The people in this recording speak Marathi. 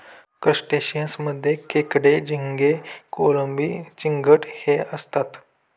क्रस्टेशियंस मध्ये खेकडे, झिंगे, कोळंबी, चिंगट हे असतात